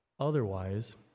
Otherwise